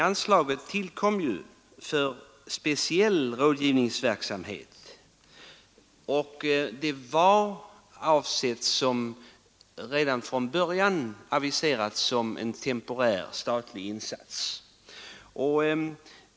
Anslaget tillkom för speciell rådgivningsverksamhet och var redan från början aviserat som en temporär statlig insats.